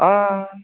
हय